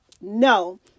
no